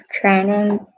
training